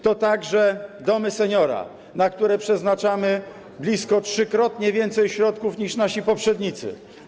To także domy seniora, na które przeznaczamy blisko trzykrotnie więcej środków niż nasi poprzednicy.